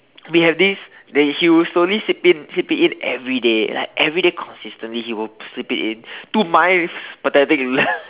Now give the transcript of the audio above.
we have this that he will slowly slip in slip it in everyday like everyday consistently he will slip it in to my pathetic little